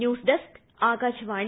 news desk Akashvani